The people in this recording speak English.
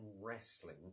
wrestling